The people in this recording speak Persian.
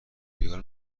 خیال